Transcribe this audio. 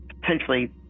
potentially